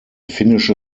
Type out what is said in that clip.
finnische